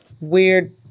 Weird